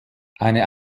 eine